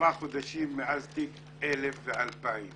עשרה חודשים מאז תיק 1,000 ותיק 2,000